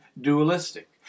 dualistic